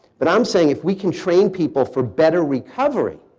but i'm saying if we can train people for better recovery,